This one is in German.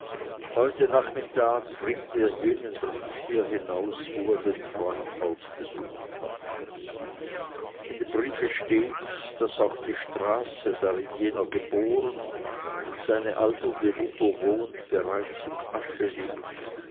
heute nachmittags bringt er jenen brief hier hinaus wo er den freund aufgesucht hat in dem briefe steht daß auch die straße darin jener geboren und seine alternde mutter wohnt bereits in asche liegt